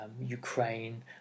Ukraine